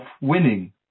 winning